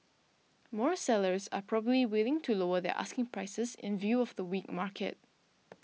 more sellers are probably willing to lower their asking prices in view of the weak market